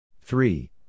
Three